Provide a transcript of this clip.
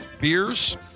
beers